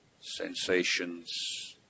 sensations